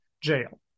jail